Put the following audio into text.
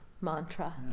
mantra